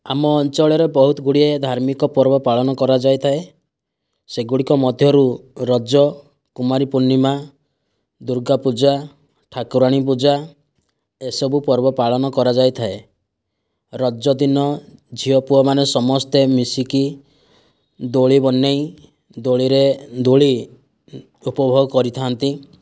ଆମ ଅଞ୍ଚଳରେ ବହୁତ ଗୁଡ଼ିଏ ଧାର୍ମିକ ପର୍ବ ପାଳନ କରାଯାଇଥାଏ ସେଗୁଡ଼ିକ ମଧ୍ୟରୁ ରଜ କୁମାରୀ ପୂର୍ଣ୍ଣିମା ଦୁର୍ଗା ପୂଜା ଠାକୁରାଣୀ ପୂଜା ଏସବୁ ପର୍ବ ପାଳନ କରାଯାଇଥାଏ ରଜ ଦିନ ଝିଅ ପୁଅ ମାନେ ସମସ୍ତେ ମିଶିକି ଦୋଳି ବନାଇ ଦୋଳିରେ ଦୋଳି ଉପଭୋଗ କରିଥାନ୍ତି